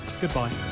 Goodbye